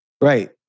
Right